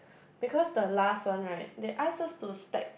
because the last one right they ask us to stack